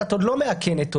אבל את עוד לא מאכנת אותו.